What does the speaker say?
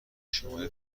شماره